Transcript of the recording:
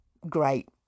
great